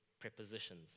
prepositions